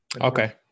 okay